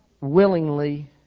willingly